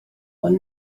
ond